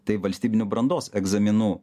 tai valstybinių brandos egzaminų